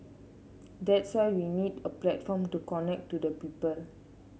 that's why we need a platform to connect to the people